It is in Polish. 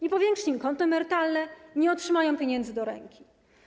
Nie powiększy się im konto emerytalne, nie otrzymają pieniędzy do ręki.